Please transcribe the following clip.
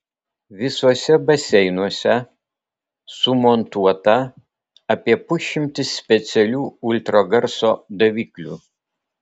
visuose baseinuose sumontuota apie pusšimtis specialių ultragarso daviklių